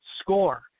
score